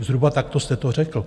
Zhruba tak jste to řekl.